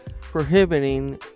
prohibiting